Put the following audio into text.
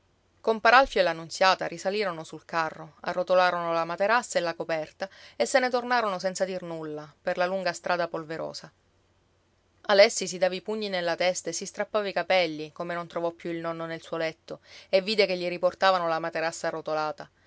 e la nunziata risalirono sul carro arrotolarono la materassa e la coperta e se ne tornarono senza dir nulla per la lunga strada polverosa alessi si dava i pugni nella testa e si strappava i capelli come non trovò più il nonno nel suo letto e vide che gli riportavano la materassa arrotolata